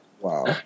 Wow